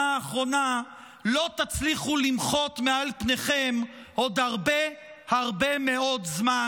האחרונה לא תצליחו למחות מעל פניכם עוד הרבה הרבה מאוד זמן.